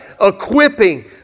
equipping